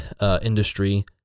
industry